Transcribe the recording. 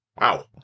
Wow